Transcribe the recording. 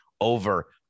over